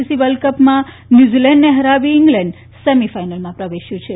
ICC world કપમાં ન્યુઝીલેન્ડને હરાવીને ઈંગ્લેન્ડ સેમીફાઈનલમાં પ્રવેશ્યું છે